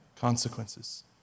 consequences